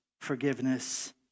forgiveness